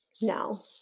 No